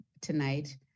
tonight